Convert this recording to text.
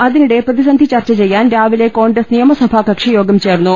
അതിനിടെ പ്രതിസന്ധി ചർച്ചചെയ്യാൻ രാവിലെ കോൺഗ്രസ് നിയമസഭാകക്ഷി യോഗം ചേർന്നു